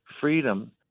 freedom